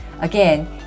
Again